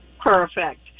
perfect